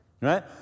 Right